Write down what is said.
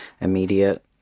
immediate